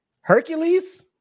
Hercules